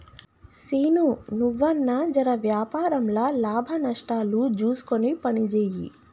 సీనూ, నువ్వన్నా జెర వ్యాపారంల లాభనష్టాలు జూస్కొని పనిజేయి